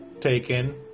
taken